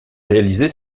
réalisé